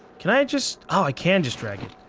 can i just, oh i can just drag it.